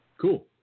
Cool